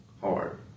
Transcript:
Hard